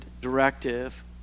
directive